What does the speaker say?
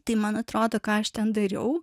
tai man atrodo ką aš ten dariau